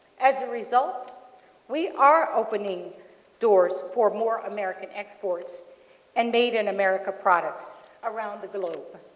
as a result we are opening doors for more american exports and made in america products around the globe.